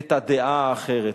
את הדעה האחרת.